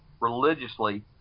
religiously